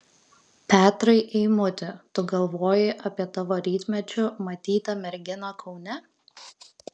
petrai eimuti tu galvoji apie tavo rytmečiu matytą merginą kaune